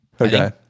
Okay